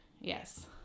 Yes